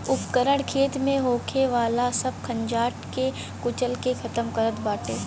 उपकरण खेत में होखे वाला सब खंजाट के कुचल के खतम करत बाटे